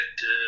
get